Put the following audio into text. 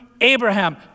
Abraham